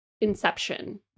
inception